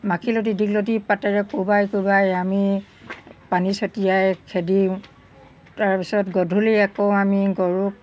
মাখিলতী দীঘলতী পাতেৰে কোবাই কোবাই আমি পানী ছটিয়াই খেদিম তাৰপিছত গধূলি আকৌ আমি গৰুক